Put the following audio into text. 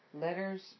Letters